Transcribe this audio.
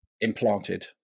implanted